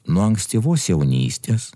nuo ankstyvos jaunystės